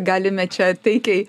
galime čia taikiai